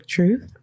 Truth